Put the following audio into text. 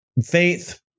faith